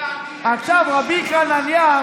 רבי חנניה,